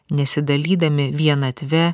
nesidalydami vienatve